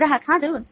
ग्राहक हाँ ज़रूर